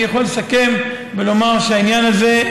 אני יכול לסכם ולומר שהעניין הזה,